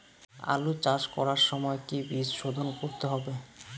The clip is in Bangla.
আলু চাষ করার সময় কি বীজ শোধন করতে হবে?